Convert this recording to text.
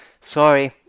sorry